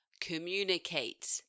communicate